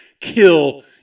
kill